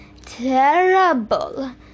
terrible